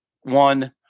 One